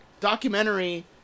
documentary